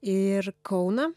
ir kauną